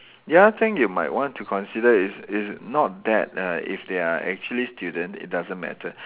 the other thing you might want to consider is is not that uh if they are actually student it doesn't matter